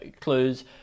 clues